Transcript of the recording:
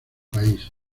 país